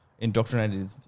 indoctrinated